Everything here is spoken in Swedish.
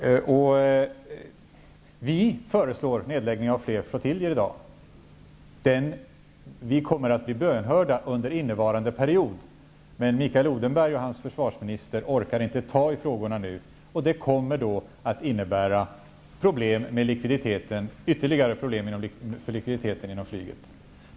Vi föreslår i dag nedläggning av fler flygflottiljer, och vi kommer att bli bönhörda under innevarande period. Men Mikael Odenberg och hans försvarsminister orkar inte ta tag i frågorna nu, och det kommer att innebära ytterligare problem med likviditeten inom flyget.